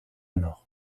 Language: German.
noch